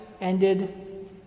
ended